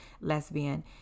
lesbian